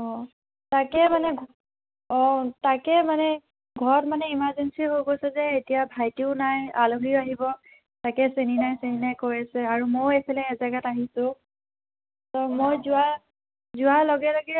অ' তাকে মানে অ' তাকে মানে ঘৰত মানে ইমাৰ্জেঞ্চি হৈ গৈছে যে এতিয়া ভাইটীও নাই আলহীও আহিব তাকে চেনী নাই চেনী নাই কৈ আছে আৰু মইও এইফালে এজাগাত আহিছোঁ মই যোৱা যোৱাৰ লগে লগে